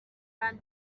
hari